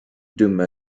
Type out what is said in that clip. dumma